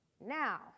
now